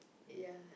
ya